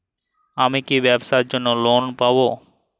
আমি কি ব্যবসার জন্য লোন পাব?